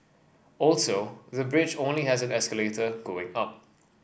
also the bridge only has the escalator going up